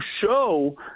show